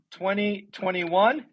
2021